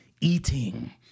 eating